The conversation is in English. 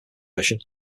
version